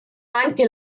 anche